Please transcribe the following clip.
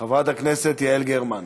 חברת הכנסת יעל גרמן,